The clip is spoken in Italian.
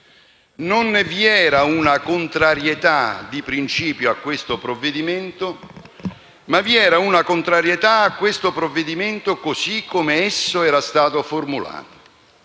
Non vi era una contrarietà di principio al provvedimento in esame, ma vi era una contrarietà al provvedimento così come esso era stata formulato.